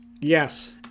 Yes